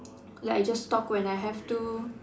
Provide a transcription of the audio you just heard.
like I just talk when I have to